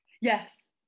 Yes